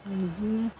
आरो बिदिनो